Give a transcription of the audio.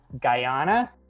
Guyana